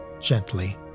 gently